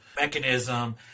mechanism